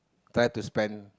try to spend